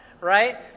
Right